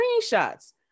screenshots